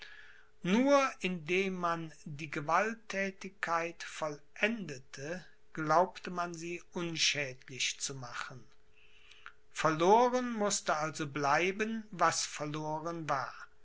nur indem man die gewalttätigkeit vollendete glaubte man sie unschädlich zu machen verloren mußte also bleiben was verloren war